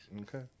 okay